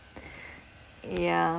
yeah